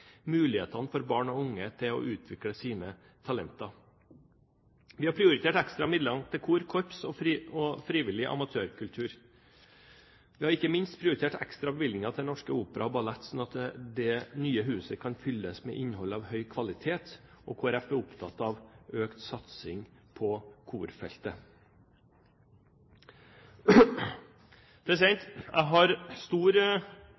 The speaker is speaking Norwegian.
mulighetene for barn og unge til å utvikle sine talenter. Vi har prioritert ekstra midler til kor, korps og frivillig amatørkultur. Vi har ikke minst prioritert ekstra bevilgninger til Den Norske Opera & Ballett, slik at det nye huset kan fylles med innhold av høy kvalitet. Kristelig Folkeparti er opptatt av økt satsing på korfeltet.